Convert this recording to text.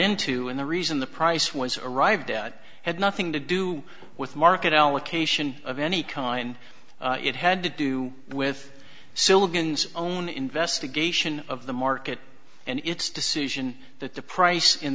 into and the reason the price was arrived at had nothing to do with market allocation of any kind it had to do with silicon own investigation of the market and its decision that the price in